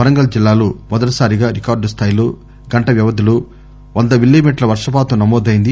వరంగల్ నగరంలో మొదటిసారిగా రికార్డు స్దాయిలో గంట వ్యవధిలో వంద మిల్లీ మీటర్లు వర్షపాతం నమోదైంది